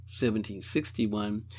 1761